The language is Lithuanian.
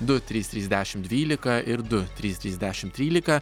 du trys trys dešimt dvylika ir du trys trys dešimt trylika